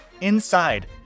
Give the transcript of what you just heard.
Inside